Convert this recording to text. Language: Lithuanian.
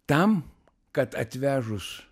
tam kad atvežus